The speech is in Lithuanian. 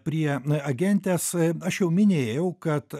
prie n agentės aš jau minėjau kad